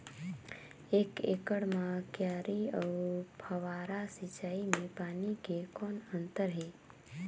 एक एकड़ म क्यारी अउ फव्वारा सिंचाई मे पानी के कौन अंतर हे?